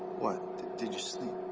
what? did you sleep?